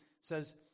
says